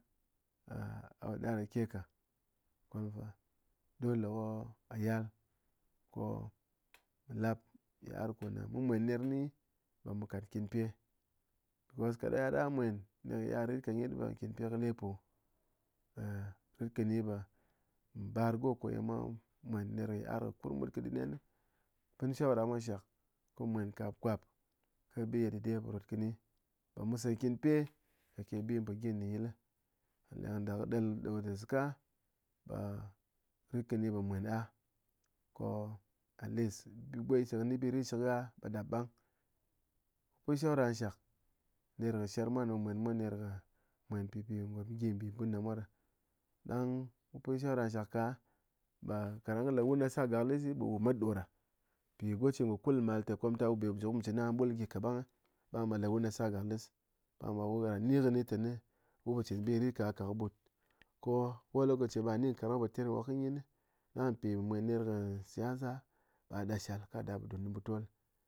gha po ɗar keka, kwalm fa dole ko gha yal ko a lap yit'ar kone mu mwen ner nyi ɓe mu kat kyinpye, because kaɗanyaɗang a mwen néng yit'ar rit ka nyet ɓe kyenpye kɨ lepo, rit kɨni ɓe mu ɓar go koye mwa mwen ner yit'ar kur mut kɨ dɨnen, pɨn shawara mwa nshak ko mu mwen kakwap kɨ ɓiye dɨde po rot kɨni ɓe mu se kyinpye kake bi mun po gyi nɨ ndin yil, gha leng ɗa kɨ ɗel ɗoɗe zɨka ɓe ritkɨni ɓe mu mwan ah ko at least ni bi nshɨkgha ɓe dap ɓang, pén shawara nshák ner sher mwa né mwen mwa ner kɨ mwen pɨpi gyi nbi bwón ɗa mwa ɗe, ɗang wu pɨn shawara nshak ka ɓe kaɗang kɨ le wunɨ sar gaklis ɓe wu met ɗoɗa npi goche ngo kul mal té komtak wube wuji mu chi a'ah ɓul gyi ka ɓang ɓang ɓe le wun sar gaklis ɓang ɓe wu ran nikɨné tɨné wunpo chin bi ritka ka kɨ bút, ko ko lokochi ɓa ni nkarng mwa po ter kɨ nyin, ɗang mpi mwen ner kɨ siyasa ɓa ɗap shal ka da dun putol.